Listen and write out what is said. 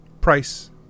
Price